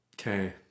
Okay